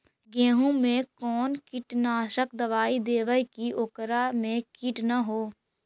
गेहूं में कोन कीटनाशक दबाइ देबै कि ओकरा मे किट न हो?